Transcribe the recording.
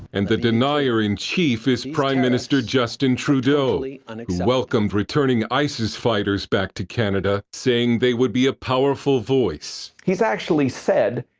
and the denier in chief is prime minister justin trudeau, who and welcomed returning isis fighters back to canada, saying they would be a powerful voice. he has actually said,